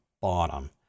bottom